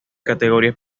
categoría